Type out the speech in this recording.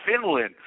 Finland